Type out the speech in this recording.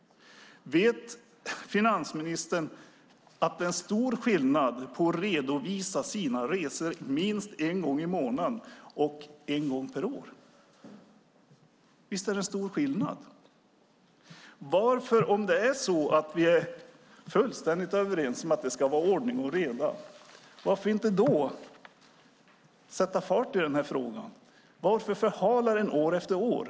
Vet finansministern att det är en stor skillnad mellan att redovisa sina resor minst en gång i månaden och en gång per år? Visst är det en stor skillnad? Om vi är fullständigt överens om att det ska vara ordning och reda, varför sätter man då inte fart i denna fråga? Varför förhalar man den år efter år?